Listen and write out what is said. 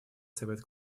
совет